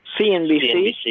CNBC